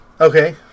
Okay